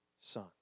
son